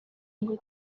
ngo